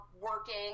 working